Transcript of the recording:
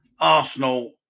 Arsenal